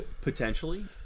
potentially